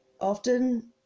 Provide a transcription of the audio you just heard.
Often